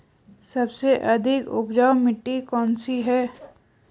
सबसे अधिक उपजाऊ मिट्टी कौन सी है?